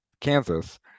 Kansas